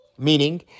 meaning